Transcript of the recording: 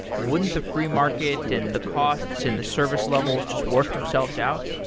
wouldn't the free market, and the costs, and the service levels just work themselves out?